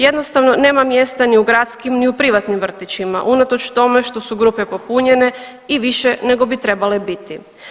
Jednostavno nema mjesta ni u gradskim ni u privatnim vrtićima, unatoč tome što su grupe popunjene i više nego bi trebale biti.